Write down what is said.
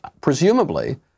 presumably